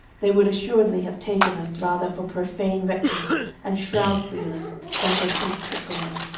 they would assuredly have taken us rather for profane wretches and shroud-stealers than for priests of god.